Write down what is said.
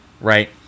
right